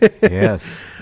yes